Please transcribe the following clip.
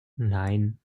nine